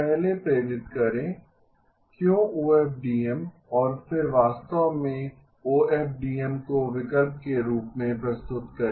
पहले प्रेरित करें क्यों ओएफडीएम और फिर वास्तव में ओएफडीएम को विकल्प के रूप में प्रस्तुत करें